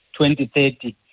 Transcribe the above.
2030